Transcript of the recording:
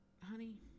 honey